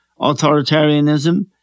authoritarianism